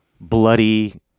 bloody